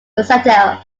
versatile